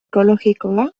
ekologikoa